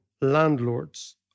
landlords